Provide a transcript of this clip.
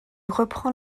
reprend